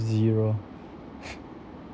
now have zero